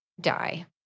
die